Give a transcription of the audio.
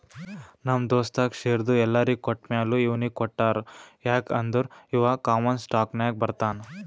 ನಮ್ ದೋಸ್ತಗ್ ಶೇರ್ದು ಎಲ್ಲೊರಿಗ್ ಕೊಟ್ಟಮ್ಯಾಲ ಇವ್ನಿಗ್ ಕೊಟ್ಟಾರ್ ಯಾಕ್ ಅಂದುರ್ ಇವಾ ಕಾಮನ್ ಸ್ಟಾಕ್ನಾಗ್ ಬರ್ತಾನ್